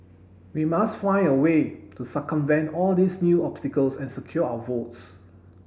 we must find a way to circumvent all these new obstacles and secure our votes